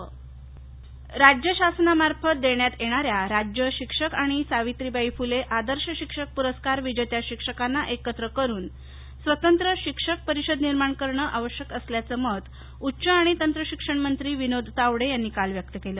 राज्य परस्कार राज्य शासनामार्फत देण्यात येणाऱ्या राज्य शिक्षक आणि सावित्रीबाई फुले आदर्श शिक्षक पुरस्कार विजेत्या शिक्षकांना एकत्र करून स्वतंत्र शिक्षक परिषद निर्माण करणं आवश्यक असल्याचं मत उच्च आणि तंत्र शिक्षण मंत्री विनोद तावडे यांनी काल व्यक्त केलं